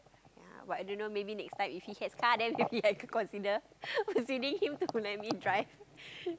ya but I don't know maybe next time when he have car I might could consider him to let me drive